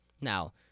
Now